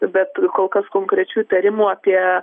bet kol kas konkrečių įtarimų apie